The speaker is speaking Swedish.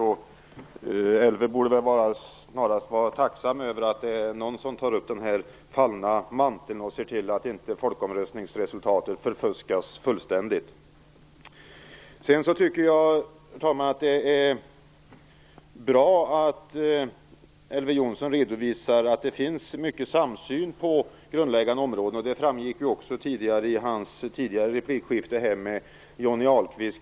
Elver Jonsson borde snarast vara tacksam för att någon tar upp den fallna manteln här och ser till att folkomröstningsresultatet inte fullständigt förfuskas. Herr talman! Det är bra att Elver Jonsson redovisar att det finns en stor samsyn på grundläggande områden. Det framgick också i tidigare replikskifte här mellan honom och Johnny Ahlqvist.